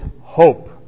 hope